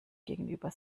gegenüber